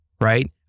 right